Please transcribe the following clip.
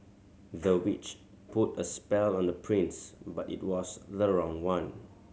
the witch put a spell on the prince but it was the wrong one